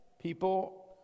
people